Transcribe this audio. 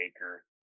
acre